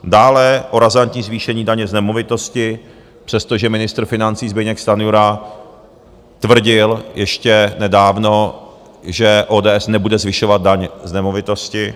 Dále o razantní zvýšení daně z nemovitostí, přestože ministr financí Zbyněk Stanjura tvrdil ještě nedávno, že ODS nebude zvyšovat daň z nemovitostí.